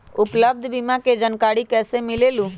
उपलब्ध बीमा के जानकारी कैसे मिलेलु?